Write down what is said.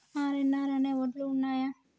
RNR అనే వడ్లు ఉన్నయా?